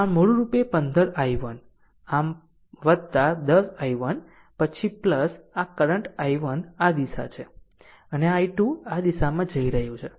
આમ મૂળરૂપે 15 i1 આમ 10 i1 પછી આ કરંટ i1 આ દિશા છે અને i2 આ દિશામાં જઈ રહ્યું છે